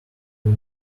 new